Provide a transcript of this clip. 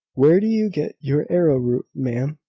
where do you get your arrowroot, ma'am?